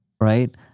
right